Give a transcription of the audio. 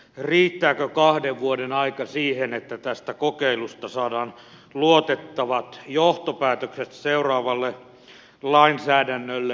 riittääkö kahden vuoden aika siihen että tästä kokeilusta saadaan luotettavat johtopäätökset seuraavalle lainsäädännölle